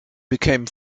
become